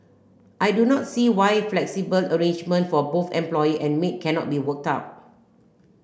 I do not see why a flexible arrangement for both employer and maid cannot be worked out